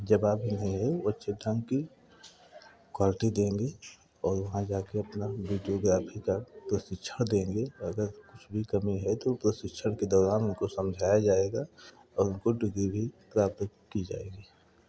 जवाब ही नहीं है वो अच्छे ढंग की क्वालिटी देंगे और वहाँ जाके अपना विडिओग्राफी का प्रशिक्षिण देंगे अगर कुछ भी कमी है तो प्रशिक्षण के दौरान उनको समझाया जाएगा और उनको डिग्री भी प्राप्त की जाएगी